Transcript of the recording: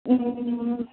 ए